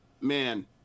man